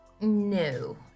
no